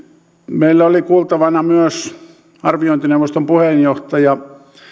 meillä oli kuultavana myös talouspolitiikan arviointineuvoston puheenjohtaja